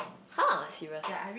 !huh! serious ah